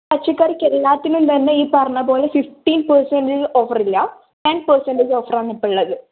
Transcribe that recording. പച്ചക്കറിക്ക് എല്ലാത്തിനും തന്നെ ഈ പറഞ്ഞപോലെ ഫിഫ്റ്റീൻ പെർസെന്റജ് ഓഫറില്ല ടെൻ പെർസെന്റജ് ഓഫറാണ് ഇപ്പോഴുള്ളത്